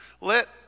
Let